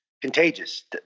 contagious